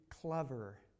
clever